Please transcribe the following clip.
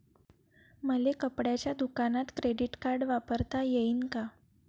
मले कपड्याच्या दुकानात क्रेडिट कार्ड वापरता येईन का?